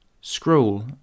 Scroll